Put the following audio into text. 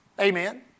Amen